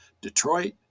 Detroit